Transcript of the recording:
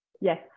Yes